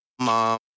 Mom